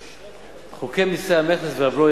חוק מסי המכס והבלו,